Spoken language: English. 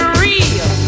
real